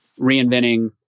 reinventing